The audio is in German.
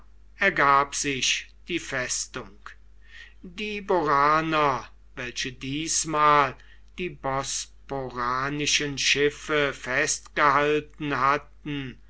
ergab sich die festung die boraner welche diesmal die bosporanischen schiffe festgehalten hatten